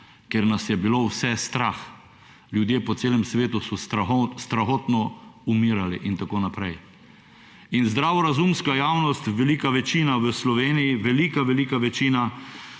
ker nas je bilo vse strah. Ljudje po celem svetu so strahotno umirali in tako naprej. In zdravorazumska javnost, velika večina v Sloveniji, velika velika večina,